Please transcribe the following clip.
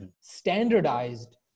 standardized